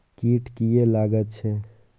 कीट किये लगैत छै?